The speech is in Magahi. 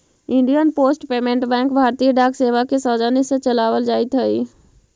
इंडियन पोस्ट पेमेंट बैंक भारतीय डाक सेवा के सौजन्य से चलावल जाइत हइ